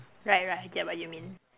right right I get what you mean